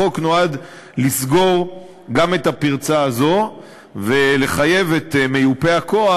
החוק נועד לסגור גם את הפרצה הזאת ולחייב את מיופה-הכוח